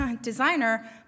designer